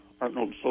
Arnold